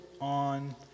On